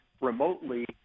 remotely